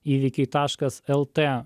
įvykiai taškas lt